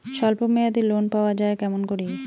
স্বল্প মেয়াদি লোন পাওয়া যায় কেমন করি?